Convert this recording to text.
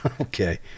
Okay